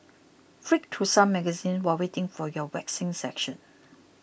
flick through some magazines while waiting for your waxing session